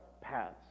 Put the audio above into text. paths